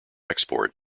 export